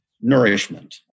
nourishment